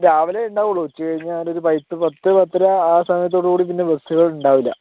രാവിലെ ഉണ്ടാവുകയുള്ളൂ ഉച്ച കഴിഞ്ഞാലൊരു പത്തു പത്തര ആ സമയത്തോടു കൂടി പിന്നെ ബസ്സുകൾ ഉണ്ടാവില്ല